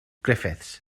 griffiths